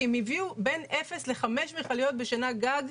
כי הם הביאו בין אפס לחמש מכליות בשנה גג.